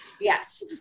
Yes